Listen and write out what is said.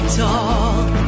talk